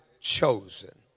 Chosen